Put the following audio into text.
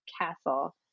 castle